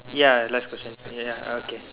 ya last question ya okay